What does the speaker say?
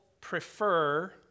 prefer